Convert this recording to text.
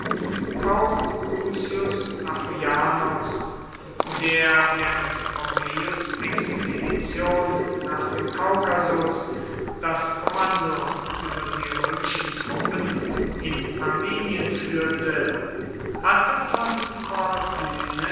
auch lucius afrianus der während pompeius expedition nach dem kaukasus das kommando über die römischen truppen in armenien führte hatte von